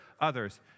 others